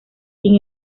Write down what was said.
sin